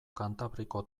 kantabriko